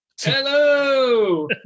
Hello